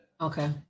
Okay